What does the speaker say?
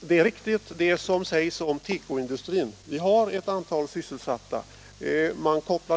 : Det är riktigt vad som sägs om tekoindustrin; det finns ett antal sysselsatta inom tekoindustrin i Bohuslän.